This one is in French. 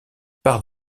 par